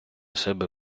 себе